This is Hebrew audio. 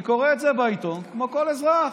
אני קורא את זה בעיתון כמו כל אזרח.